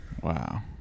Wow